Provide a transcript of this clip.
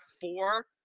four